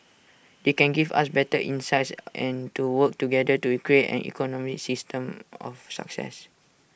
they can give us better insights and to work together to create an economy system of success